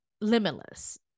limitless